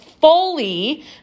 fully